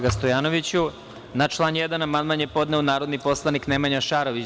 Na član 1. amandman je podneo narodni poslanik Nemanja Šarović.